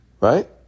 Right